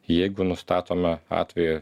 jeigu nustatome atvejį